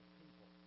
people